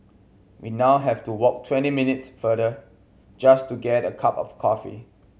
we now have to walk twenty minutes farther just to get a cup of coffee